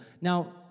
Now